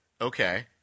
Okay